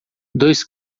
dois